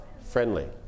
friendly